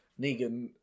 Negan